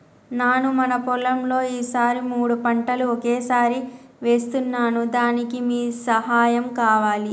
నాను మన పొలంలో ఈ సారి మూడు పంటలు ఒకేసారి వేస్తున్నాను దానికి మీ సహాయం కావాలి